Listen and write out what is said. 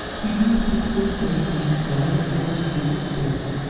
he drew a picture of j. g. sliding down the kitchen steps,